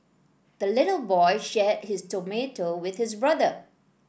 the little boy shared his tomato with his brother